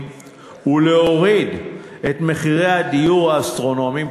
ולהוריד את מחירי הדיור האסטרונומיים,